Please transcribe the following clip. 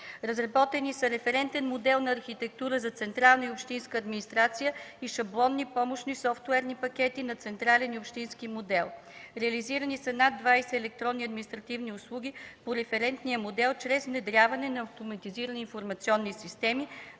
разработени са референтен модел на архитектура за централна и общинска администрация и шаблонни помощни софтуерни пакети на централен и общински модел; реализирани са над 20 електронни административни услуги по референтния модел чрез внедряване на автоматизирани информационни системи,